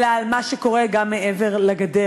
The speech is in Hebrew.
אלא על מה שקורה גם מעבר לגדר,